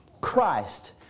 Christ